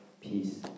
peace